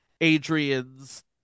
Adrian's